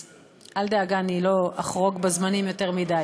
אל דאגה, אני לא אחרוג בזמנים יותר מדי.